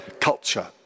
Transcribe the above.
culture